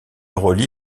relie